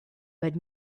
but